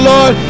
Lord